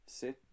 Sit